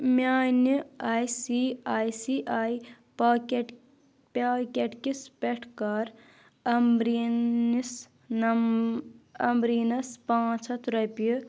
میانہِ آیۍ سی آیۍ سی آیۍ پاکیٚٹ پاکیٚٹ کِس پٮ۪ٹھ کرامبریٖن نِس نمبر عمبریٖنَس پانٛژھ ہتھ رۄپیہِ